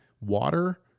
water